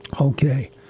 Okay